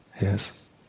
Yes